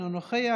אינו נוכח,